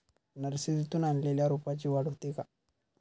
नर्सरीतून आणलेल्या रोपाची वाढ होते का?